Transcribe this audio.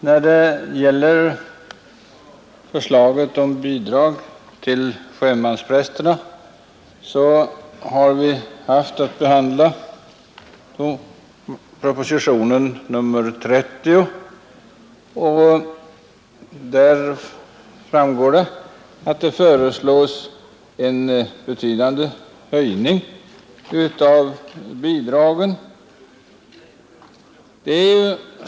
Herr talman! I samband med propositionen 30 har vi haft att behandla förslag om avlöningsbidrag för sjömansprästerna. Det är en rätt betydande höjning som föreslås.